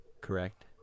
correct